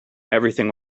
everything